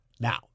Now